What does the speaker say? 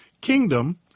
Kingdom